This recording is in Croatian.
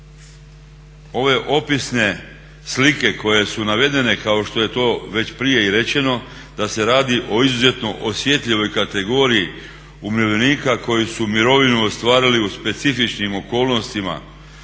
ove opisne slike koje su navedene kao što je to već prije i rečeno da se radi o izuzetno osjetljivoj kategoriji umirovljenika koji su mirovinu ostvarili u specifičnim okolnostima